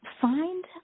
find